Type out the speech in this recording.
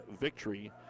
victory